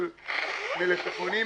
הממשלה.